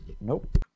Nope